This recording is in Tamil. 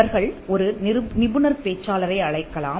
அவர்கள் ஒரு நிபுணர் பேச்சாளரை அழைக்கலாம்